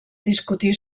discutir